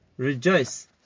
Rejoice